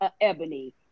Ebony